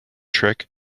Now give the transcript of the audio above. trick